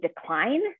decline